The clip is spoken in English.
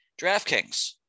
DraftKings